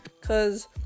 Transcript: cause